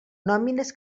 nòmines